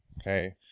okay